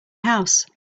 house